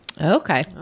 Okay